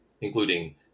including